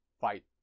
fight